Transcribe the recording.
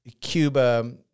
Cuba